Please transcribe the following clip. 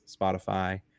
Spotify